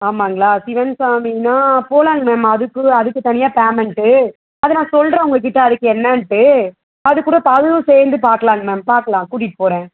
ஆமாங்களா சிவன் சாமினால் போகலாங்க மேம் அதுக்கு அதுக்கு தனியாக பேமெண்ட்டு அதை நான் சொல்கிறேன் உங்க கிட்டே அதுக்கு என்னென்ட்டு அது கூட பழனிம் சேர்ந்து பார்க்கலாங்க மேம் பாக்கலாம் கூட்டிகிட்டு போகிறேன்